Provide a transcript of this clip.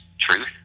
truth